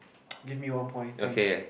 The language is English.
give me one point thanks